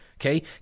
Okay